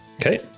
Okay